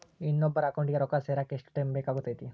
ಇನ್ನೊಬ್ಬರ ಅಕೌಂಟಿಗೆ ರೊಕ್ಕ ಸೇರಕ ಎಷ್ಟು ಟೈಮ್ ಬೇಕಾಗುತೈತಿ?